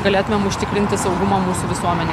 galėtumėm užtikrinti saugumą mūsų visuomenei